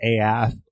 AF